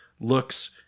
looks